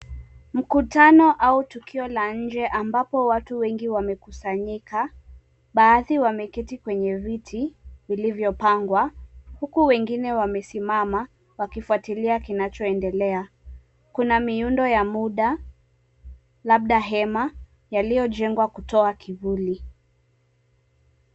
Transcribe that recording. Mkutano au tukio la inje ambapo watu wengi wamekusanyika baadhi wameketi kwenye viti vilivyopangwa huku wengine wamesimama wakifuatilia kinacho endelea, kuna miundo ya muda labda hema yaliyojengwa kutoa kivuli.